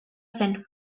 zen